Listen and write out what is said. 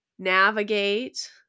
navigate